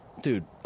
Dude